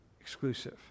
exclusive